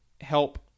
help